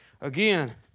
Again